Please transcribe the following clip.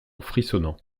frissonnant